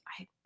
I-